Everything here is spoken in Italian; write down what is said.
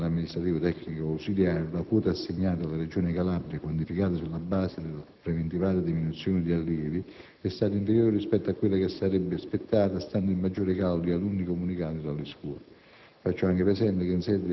Analogamente per il personale amministrativo, tecnico e ausiliario, la quota assegnata alla regione Calabria, quantificata sulla base della preventivata diminuzione di allievi, è stata inferiore rispetto a quella che sarebbe spettata stante il maggior calo di alunni comunicato dalle scuole.